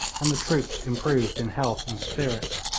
and the troops improved in health and spirit.